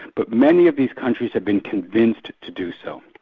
but many of these countries have been convinced to do so,